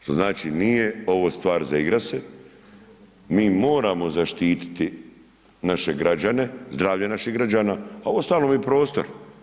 Što znači nije ovo stvar za igrati se, mi moramo zaštititi naše građane, zdravlje naših građana, a u ostalom i prostor.